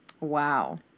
Wow